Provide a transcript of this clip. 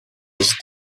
jest